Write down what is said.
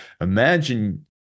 imagine